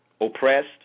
Oppressed